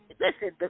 listen